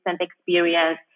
experience